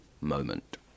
moment